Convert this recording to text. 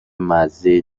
مزه